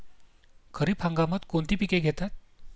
खरीप हंगामात कोणती पिके घेतात?